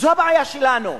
זו הבעיה שלנו.